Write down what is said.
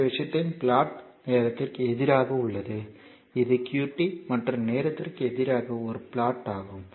இந்த விஷயத்தின் பிளாட் நேரத்திற்கு எதிராக உள்ளது இது qt மற்றும் நேரத்திற்கு எதிராக ஒரு பிளாட் ஆகும்